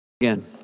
Again